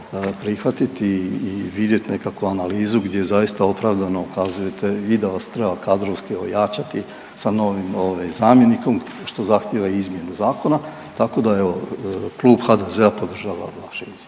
prihvatiti i vidjeti nekakvu analizu gdje zaista opravdano ukazujete i da vas treba kadrovski ojačati sa novim ovaj zamjenikom što zahtjeva izmjenu zakona, tako da evo Klub HDZ-a podržava vaše izvješće.